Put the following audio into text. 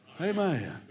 Amen